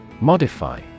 Modify